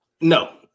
No